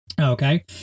Okay